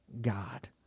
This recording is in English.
God